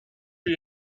sin